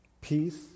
peace